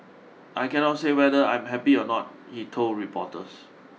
I cannot say whether I'm happy or not he told reporters